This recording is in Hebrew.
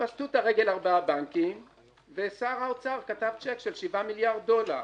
פשטו את הרגל ארבעה בנקים ושר האוצר כתב שיק של שבעה מיליארד דולר.